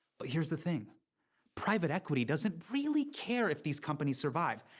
but here's the thing private equity doesn't really care if these companies survive.